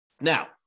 Now